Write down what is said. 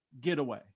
getaway